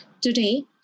Today